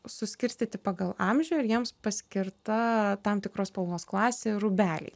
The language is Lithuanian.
suskirstyti pagal amžių ir jiems paskirta tam tikros spalvos klasė rūbeliai